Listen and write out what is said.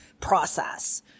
process